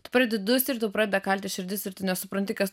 tu pradedi dusti ir tau pradeda kaltis širdis ir tu nesupranti kas